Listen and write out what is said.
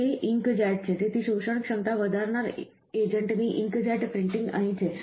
તે ઇંકજેટ છે તેથી શોષણક્ષમતા વધારનાર એજન્ટની ઇંકજેટ પ્રિન્ટિંગ અહીં છે